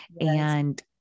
and-